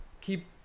keep